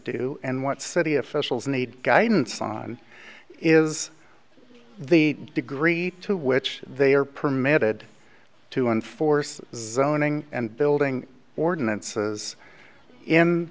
do and what city officials need guidance on is the degree to which they are permitted to enforce zoning and building ordinances